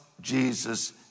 Jesus